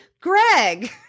Greg